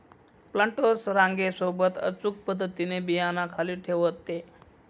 planters रांगे सोबत अचूक पद्धतीने बियांना खाली ठेवते